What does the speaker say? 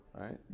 right